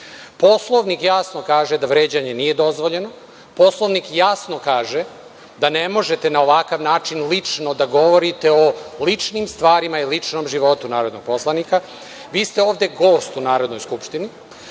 Poslovnik jasno kaže da vređanje nije dozvoljeno. Poslovnik jasno kaže da ne možete na ovakav način lično da govorite o ličnim stvarima i ličnom životu narodnog poslanika. Vi ste ovde gost u Narodnoj skupštini,